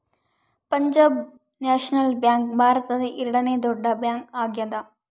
Punjab National Bank ಭಾರತದ ಎರಡನೆ ದೊಡ್ಡ ಬ್ಯಾಂಕ್ ಆಗ್ಯಾದ